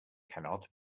cannot